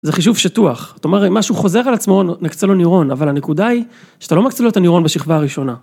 זה חישוב שטוח, זאת אומרת אם משהו חוזר על עצמו נקצה לו נירון, אבל הנקודה היא שאתה לא מקצה לו את הנירון בשכבה הראשונה.